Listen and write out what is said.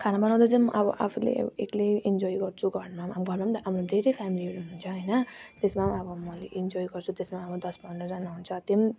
खाना बनाउँदा चाहिँ आफूले एक्लै इन्जोय गर्छु घरमा घरमा त हाम्रो धेरै फ्यामिलीहरू हुनु हुन्छ होइन त्यसमा अब मैले इन्जोय गर्छु त्यसमा अब दस पन्ध्रजना हुन्छ त्यो